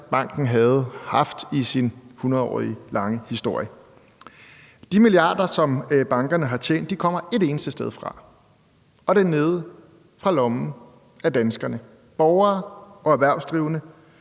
banken har haft i sin hundredårige historie. De milliarder, som bankerne har tjent, kommer et eneste sted fra, og det er nede fra lommen af danskerne. Det er borgere og erhvervsdrivende,